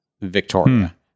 Victoria